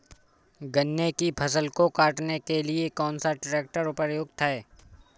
गन्ने की फसल को काटने के लिए कौन सा ट्रैक्टर उपयुक्त है?